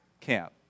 camp